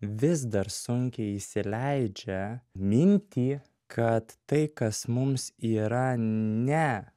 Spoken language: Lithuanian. vis dar sunkiai įsileidžia mintį kad tai kas mums yra ne